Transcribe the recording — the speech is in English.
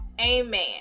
Amen